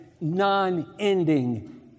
non-ending